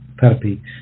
therapy